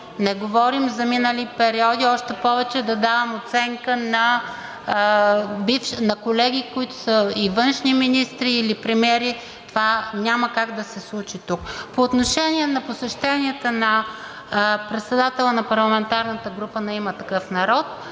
Не говорим за минали периоди, още повече да давам оценка на колеги, които са и външни министри или премиери. Това няма как да се случи тук. По отношение на посещенията на председателя на парламентарната група на „Има такъв народ“